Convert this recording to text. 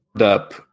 up